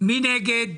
מי נגד?